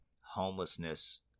homelessness